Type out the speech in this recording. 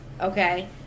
Okay